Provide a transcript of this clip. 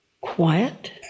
quiet